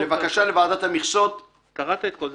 לוועדת המכסות" --- קראת את כל זה,